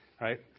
right